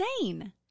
insane